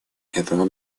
этого